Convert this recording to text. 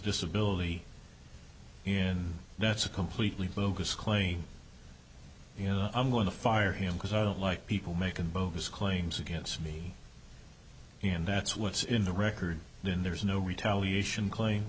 disability in that's a completely bogus claim you know i'm going to fire him because i don't like people making bogus claims against me and that's what's in the record then there's no retaliation claim